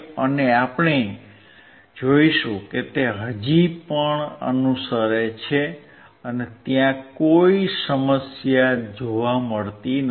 અને આપણે જોઇશું કે તે હજી પણ અનુસરે છે ત્યાં કોઈ સમસ્યા નથી